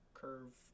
curve